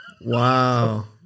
Wow